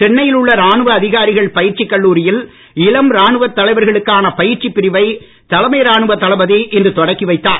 சென்னையில் உள்ள ராணுவ அதிகாரிகள் பயிற்சிக் கல்லூரியில் இளம் ராணுவத் தலைவர்களுக்கான பயிற்சிப் பிரிவை தலைமை ராணுவ தளபதி இன்று தொடக்கிவைத்தார்